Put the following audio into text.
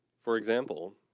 for example,